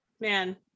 Man